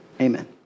amen